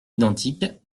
identiques